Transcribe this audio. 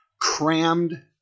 crammed